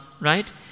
right